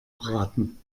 braten